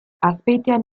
azpeitian